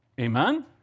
Amen